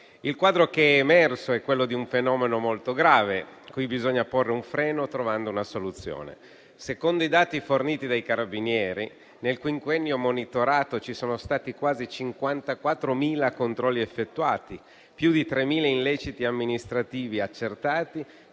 Il quadro emerso è quello di un fenomeno molto grave, a cui bisogna porre un freno trovando una soluzione. Secondo i dati forniti dai carabinieri, nel quinquennio monitorato sono stati effettuati quasi 54.000 controlli, ci sono stati più di 3.000 illeciti amministrativi accertati,